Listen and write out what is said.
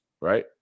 right